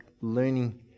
learning